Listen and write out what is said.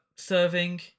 serving